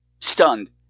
stunned